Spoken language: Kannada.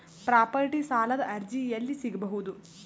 ಪ್ರಾಪರ್ಟಿ ಸಾಲದ ಅರ್ಜಿ ಎಲ್ಲಿ ಸಿಗಬಹುದು?